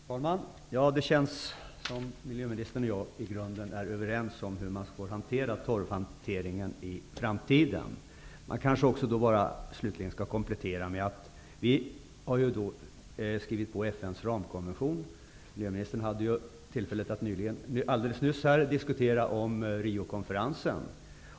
Herr talman! Det känns som om miljöministern och jag i grunden är överens om torvhanteringen inför framtiden. Vi har ju skrivit på FN:s ramkonvention. Miljöministern hade alldeles nyss tillfälle att diskutera Riokonferensen.